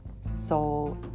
soul